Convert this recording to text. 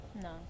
No